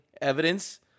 evidence